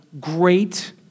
great